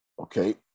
Okay